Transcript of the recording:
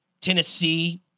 Tennessee